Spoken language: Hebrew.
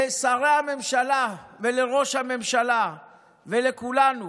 לשרי הממשלה ולראש הממשלה ולכולנו